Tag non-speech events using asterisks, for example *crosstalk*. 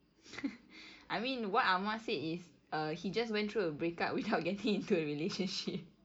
*laughs* I mean what amar said is err he just went through a break up without getting into a relationship